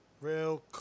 real